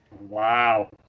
Wow